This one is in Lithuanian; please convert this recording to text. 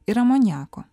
ir amoniako